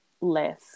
less